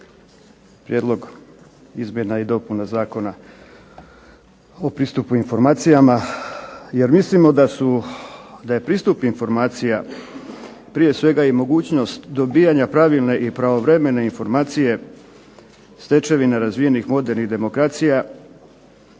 Prijedlog izmjena i dopuna Zakona o pristupu informacijama jer mislimo da je pristup informacija prije svega mogućnost dobivanja pravovremene i pravilne informacije stečevine razvijenih modernih demokracija